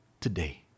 today